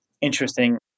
interesting